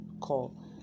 call